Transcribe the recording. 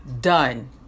done